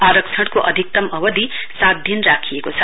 आरक्षणको अधिकतम अवधि सात दिन राखिएको छ